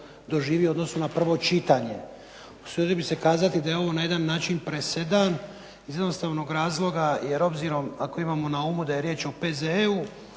doživio u odnosu na prvo čitanje. Usudio bih se kazati da je ovo na jedan način presedan iz jednostavnog razloga jer obzirom ako imamo na umu da je riječ o P.Z.-u